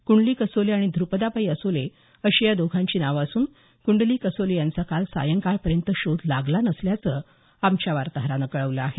कुंडलीक असोले आणि ध्रुपदाबाई असोले अशी या दोघांची नावं असून कुंडलीक असोले यांचा काल सायंकाळपर्यंत शोध लागला नसल्याचं आमच्या वार्ताहरानं कळवलं आहे